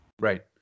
Right